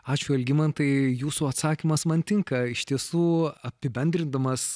ačiū algimantai jūsų atsakymas man tinka iš tiesų apibendrindamas